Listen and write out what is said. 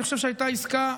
אני חושב שהייתה עסקה,